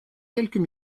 quelques